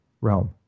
realm